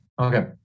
Okay